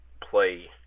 play